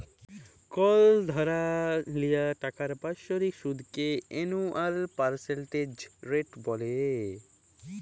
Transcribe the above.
call ধার লিয়া টাকার বাৎসরিক সুদকে এলুয়াল পার্সেলটেজ রেট ব্যলে